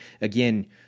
Again